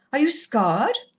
are you scarred?